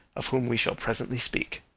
of whom we shall presently speak.